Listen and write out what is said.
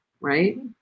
right